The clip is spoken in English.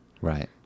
Right